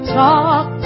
talk